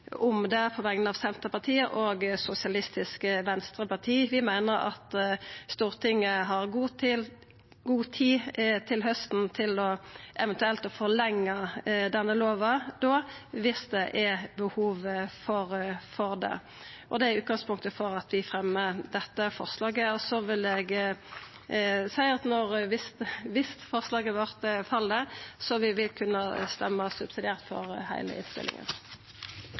meiner at Stortinget har god tid til hausten til eventuelt å forlengja denne lova om det er behov for det. Det er utgangspunktet for at eg no fremjar dette forslaget. Vidare vil eg seia at om forslaget vårt fell, vil vi kunna røysta subsidiært for heile innstillinga.